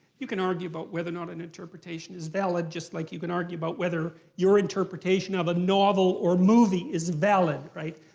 you can argue about whether or not an interpretation is valid, just like you can argue about whether your interpretation of a novel or movie is valid, right?